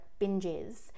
binges